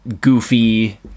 goofy